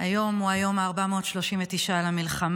היום הוא היום ה-439 למלחמה,